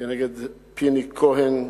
נגד פיני כהן,